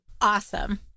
Awesome